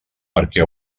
perquè